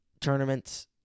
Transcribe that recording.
tournaments